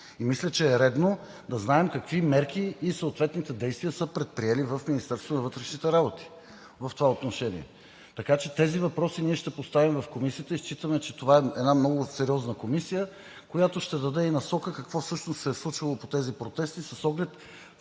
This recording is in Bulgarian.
И мисля, че е редно да знаем какви мерки и съответните действия са предприели в Министерството на вътрешните работи в това отношение. Така че тези въпроси ние ще поставим в Комисията и считаме, че това е една много сериозна комисия, която ще даде и насока какво всъщност се е случило в тези протести с оглед